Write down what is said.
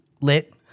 Lit